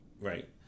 Right